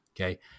okay